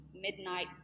midnight